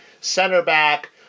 center-back